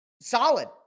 Solid